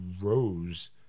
rose